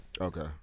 Okay